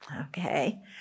Okay